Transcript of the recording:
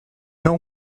know